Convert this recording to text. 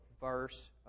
verse